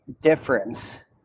difference